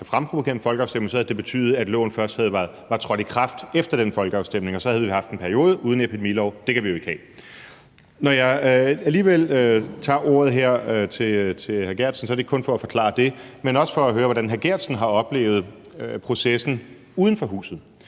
det betydet, at loven først var trådt i kraft efter den folkeafstemning, og så havde vi haft en periode uden en epidemilov – det kan vi jo ikke have. Når jeg alligevel tager ordet her til hr. Martin Geertsen, er det ikke kun for at forklare det, men også for at høre, hvordan hr. Martin Geertsen har oplevet processen uden for huset.